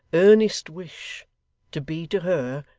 earnest wish to be to her,